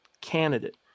candidate